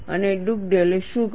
અને ડુગડેલે શું કર્યું